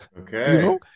Okay